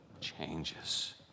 changes